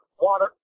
Water